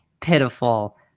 pitiful